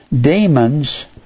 demons